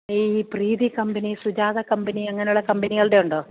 ഈ Preethi company Sujatha company അങ്ങനെയുള്ള കമ്പനികളുടേതുണ്ടോ